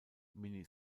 mini